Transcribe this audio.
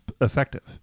effective